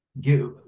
give